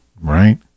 right